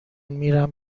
میرم